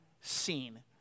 seen